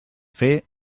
fer